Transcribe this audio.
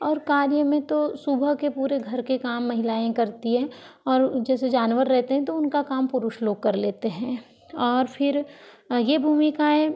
और कार्य में तो सुबह के पूरे घर के काम महिलाएं करती है और जैसे जानवर रहते हैं तो उनका काम पुरुष लोग कर लेते हैं और फिर ये भूमिकाएं